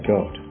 God